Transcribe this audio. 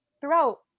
throughout